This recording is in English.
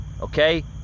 Okay